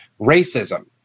racism